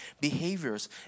behaviors